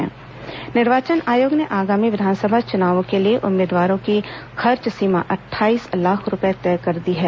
निर्वाचन आयोग खर्च सीमा निर्वाचन आयोग ने आगामी विधानसभा चुनावों के लिए उम्मीदवारों की खर्च सीमा अट्ठाईस लाख रुपये तय कर दी है